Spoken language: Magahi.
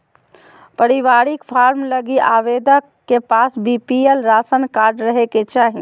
पारिवारिक फार्म लगी आवेदक के पास बीपीएल राशन कार्ड रहे के चाहि